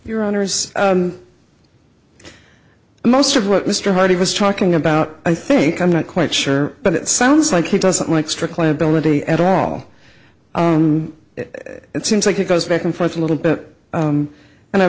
your honour's most of what mr hardy was talking about i think i'm not quite sure but it sounds like he doesn't like strict liability at all it seems like it goes back and forth a little bit and i